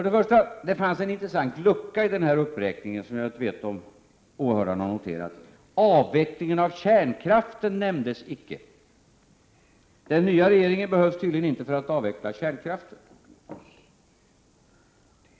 Det fanns en intressant lucka i denna uppräkning, som jag inte vet om åhörarna har noterat: Avvecklingen av kärnkraften nämndes icke! Den nya regeringen behövs tydligen inte för att avveckla kärnkraften.